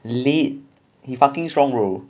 lit he fucking strong bro